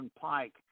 Pike